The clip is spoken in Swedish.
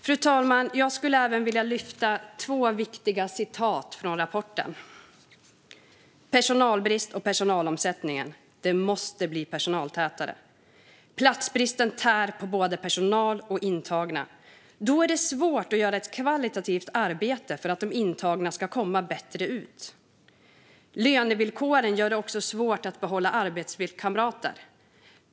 Fru talman! Jag skulle även vilja lyfta två viktiga citat från rapporten. Det första är: "Personalbrist och personalomsättningen. Det måste bli personaltätare. Platsbristen tär på både personal och intagna. Då är det svårt att göra ett kvalitativt arbete för att de intagna ska komma bättre ut. Lönevillkoren gör det också svårt att behålla arbetskamrater.